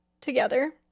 together